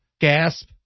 gasp